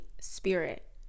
spirit